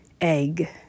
egg